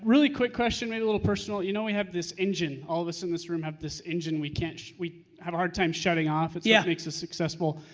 really quick question, maybe a little personal. you know we have this engine, all of us in this room have this engine, we can't. we have a hard time shutting off, it's yeah makes us successful.